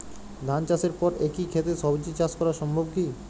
ধান চাষের পর একই ক্ষেতে সবজি চাষ করা সম্ভব কি?